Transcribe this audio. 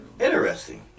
Interesting